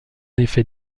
effet